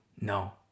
No